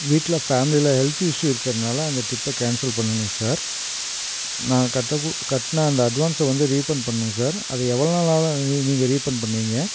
வீட்டில் ஃபேம்லியில் health issue இருக்கறனால் அந்த ட்ரிப்ப கேன்சல் பண்ணணும் சார் நான் கட்டக்கூ கட்டின அந்த அட்வான்ஸை வந்து ரீஃபண்ட் பண்ணணும் சார் அது எவ்வளோ நாளாகும் நீ நீங்கள் ரீஃபண்ட் பண்ணுவீங்க